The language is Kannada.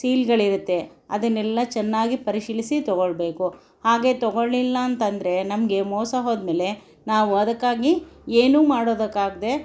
ಸೀಲ್ಗಳಿರುತ್ತೆ ಅದನ್ನೆಲ್ಲ ಚೆನ್ನಾಗಿ ಪರಿಶೀಲಿಸಿ ತಗೊಳ್ಬೇಕು ಹಾಗೆ ತಗೊಳ್ಳಿಲ್ಲ ಅಂತ ಅಂದರೆ ನಮಗೆ ಮೋಸ ಹೋದಮೇಲೆ ನಾವು ಅದಕ್ಕಾಗಿ ಏನೂ ಮಾಡೋದಕ್ಕಾಗದೆ